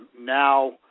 now